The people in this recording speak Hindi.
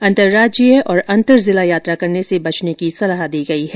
अंतर्राज्यीय और अंतर जिला यात्रा करने से बचने की सलाह दी गई है